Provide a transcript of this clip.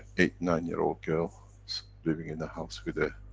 eight, nine year old girls living in a house with a